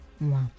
Wow